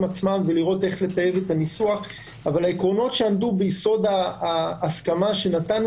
ולראות איך לטייב את הניסוח אבל העקרונות שעמדו ביסוד ההסכמה שנתנו